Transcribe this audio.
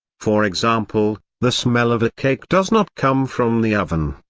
for example, the smell of a cake does not come from the oven,